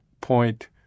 point